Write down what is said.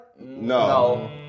No